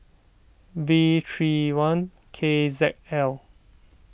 V three one K Z L